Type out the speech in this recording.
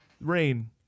rain